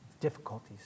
Difficulties